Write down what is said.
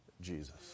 Jesus